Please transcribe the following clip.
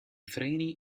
freni